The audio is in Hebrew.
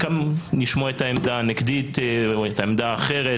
וכמובן לשמוע גם את העמדה הנגדית או האחרת,